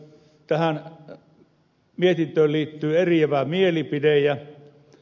tähän mietintöön liittyy eriävä mielipide ja ed